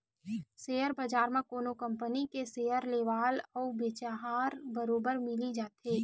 share बजार म कोनो कंपनी के सेयर लेवाल अउ बेचहार बरोबर मिली जाथे